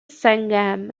sangam